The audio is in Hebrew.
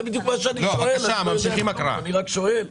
אני רק שואל.